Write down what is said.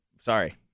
Sorry